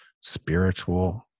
spiritual